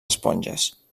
esponges